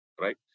right